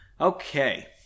okay